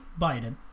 Biden